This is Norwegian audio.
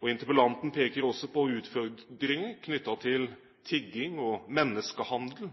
Interpellanten peker også på utfordringer knyttet til tigging og menneskehandel,